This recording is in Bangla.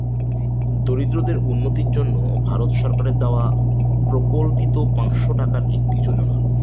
দরিদ্রদের উন্নতির জন্য ভারত সরকারের দেওয়া প্রকল্পিত পাঁচশো টাকার একটি যোজনা